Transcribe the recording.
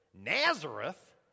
Nazareth